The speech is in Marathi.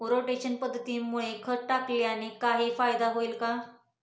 रोटेशन पद्धतीमुळे खत टाकल्याने काही फायदा होईल का?